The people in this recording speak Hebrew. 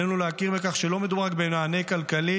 עלינו להכיר בכך שלא מדובר רק במענה כלכלי,